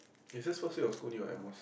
is it supposed to be your school new